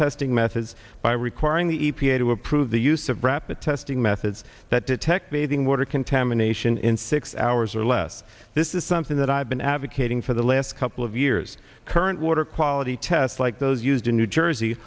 testing methods by requiring the e p a to approve the use of rapid testing methods that detect bathing water contamination in six hours or less this is something that i've been advocating for the last couple of years current water quality tests like those used in new jersey